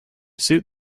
suit